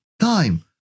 time